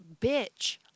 bitch